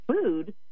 food